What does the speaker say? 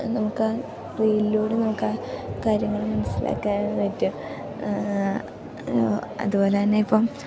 നമുക്കാറീലിലൂടെ നമുക്കാ കാര്യങ്ങൾ മനസ്സിലാക്കാൻ പറ്റും അതുപോലെ തന്നെ ഇപ്പം